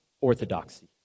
orthodoxy